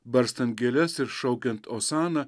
barstant gėles ir šaukiant osana